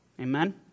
Amen